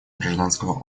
гражданского